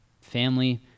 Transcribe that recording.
Family